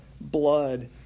blood